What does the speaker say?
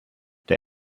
der